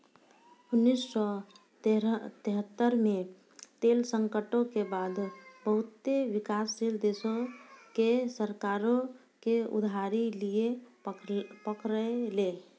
उन्नीस सौ तेहत्तर मे तेल संकटो के बाद बहुते विकासशील देशो के सरकारो के उधारी लिये पड़लै